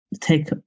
take